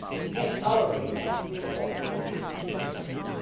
they can't tolerate anything that contradicts their truth